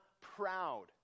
proud